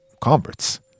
converts